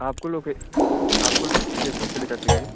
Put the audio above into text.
आपको लोके आपको लोकेशन सेंड कर देंगे